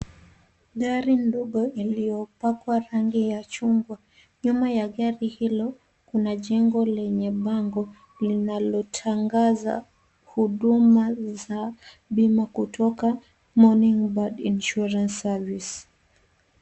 Gari ndogo lililo pakwa rangi ya chungwa. Nyuma ya gari hilo kuna jengo lenye bango linalo tangaza huduma za bima kutoka morning bird insurance service .